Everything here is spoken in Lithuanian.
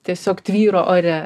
tiesiog tvyro ore